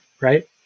Right